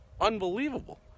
Unbelievable